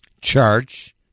Church